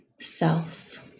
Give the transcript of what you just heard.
self